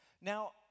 Now